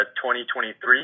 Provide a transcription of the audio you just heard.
2023